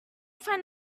find